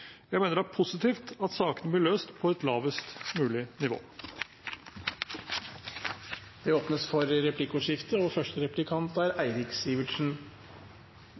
Jeg mener det er positivt at sakene blir løst på et lavest mulig nivå. Det blir replikkordskifte.